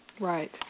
Right